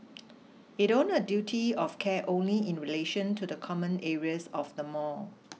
it owned a duty of care only in relation to the common areas of the mall